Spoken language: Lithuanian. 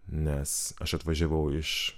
nes aš atvažiavau iš